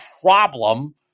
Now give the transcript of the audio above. problem